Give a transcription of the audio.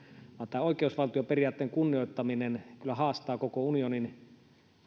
ja oikeusvaltioperiaatteen kunnioittaminen kyllä haastaa koko unionin